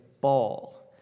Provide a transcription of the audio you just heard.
ball